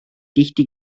tihti